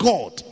God